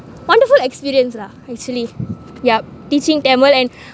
wonderful experience lah actually yeah teaching tamil and